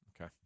Okay